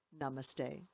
namaste